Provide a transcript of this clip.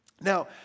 Now